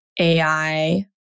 AI